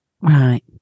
Right